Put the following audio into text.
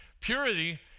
Purity